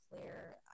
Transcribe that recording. clear